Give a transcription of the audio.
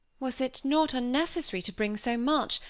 was it not unnecessary to bring so much,